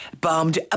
bombed